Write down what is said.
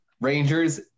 Rangers